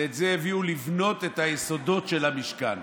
ואת זה הביאו לבנות את היסודות של המשכן.